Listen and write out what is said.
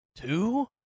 two